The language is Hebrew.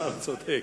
השר צודק.